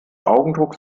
augendruck